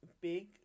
big